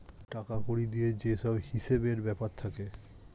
টাকা কড়ি দিয়ে যে সব হিসেবের ব্যাপার থাকে